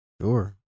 Sure